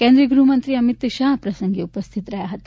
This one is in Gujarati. કેન્દ્રિય ગૃહમંત્રી અમિત શાહ આ પ્રસંગે ઉપસ્થિત રહ્યા હતા